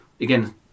again